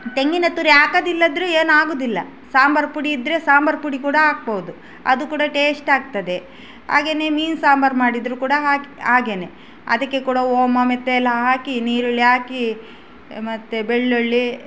ತೆಂಗಿನ ತುರಿ ಹಾಕೋದಿಲ್ಲಂದ್ರೆ ಏನಾಗುವುದಿಲ್ಲ ಸಾಂಬಾರು ಪುಡಿ ಇದ್ದರೆ ಸಾಂಬಾರು ಪುಡಿ ಕೂಡ ಹಾಕ್ಬಹುದು ಅದು ಕೂಡ ಟೇಸ್ಟ್ ಆಗ್ತದೆ ಹಾಗೆಯೇ ಮೀನು ಸಾಂಬಾರು ಮಾಡಿದರು ಕೂಡ ಹಾಗೆ ಹಾಗೆಯೇ ಅದಕ್ಕೆ ಕೂಡ ಓಮ್ ಮೆಂತ್ಯ ಎಲ್ಲ ಹಾಕಿ ಈರುಳ್ಳಿ ಹಾಕಿ ಮತ್ತೆ ಬೆಳ್ಳುಳ್ಳಿ